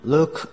Look